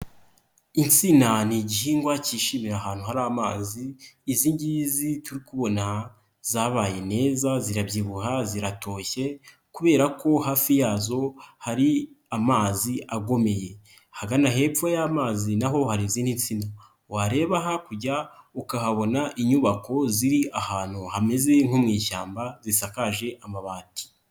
Insina ni igihingwa cyishimira ahantu hari amazi, izi ngizi turi kubona zabaye neza, zirabyibuha, ziratoshye, kubera ko hafi yazo hari amazi agomeye, ahagana hepfo y'amazi naho hari izindi nsina, wareba hakurya ukahabona inyubako ziri ahantu hameze nko mu ishyamba zisakaje amabati.